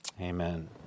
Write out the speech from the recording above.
Amen